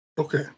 Okay